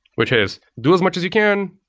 which is do as much as you can.